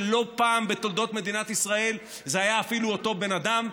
שלא פעם בתולדות מדינת ישראל זה היה אפילו אותו בן אדם,